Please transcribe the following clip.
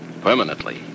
Permanently